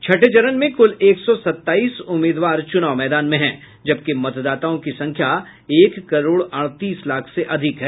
छठे चरण में कुल एक सौ सत्ताईस उम्मीदवार मैदान में हैं जबकि मतदाताओं की संख्या एक करोड़ अड़तीस लाख से अधिक है